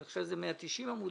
אני חושב שזה 190 עמודים,